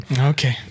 Okay